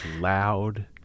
loud